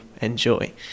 enjoy